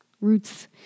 Roots